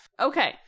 Okay